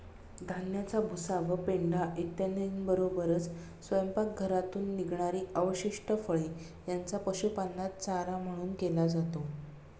धान्याचा भुसा व पेंढा इत्यादींबरोबरच स्वयंपाकघरातून निघणारी अवशिष्ट फळे यांचा पशुपालनात चारा म्हणून केला जातो